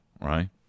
Right